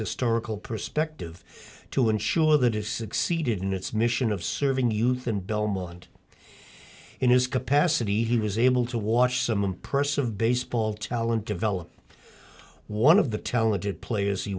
historical perspective to ensure that his succeeded in its mission of serving youth in belmont in his capacity he was able to watch some impressive baseball talent develop one of the talented players he